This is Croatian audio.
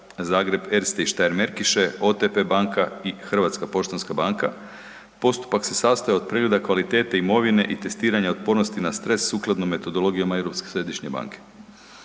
Zagreb Erste&Steiermaerkische, OTP banka i HPB. Postupak se sastojao od pregleda kvalitete imovine i testiranja otpornosti na stres sukladno metodologijama Europske središnje banke.